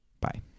Bye